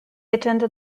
attended